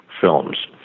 films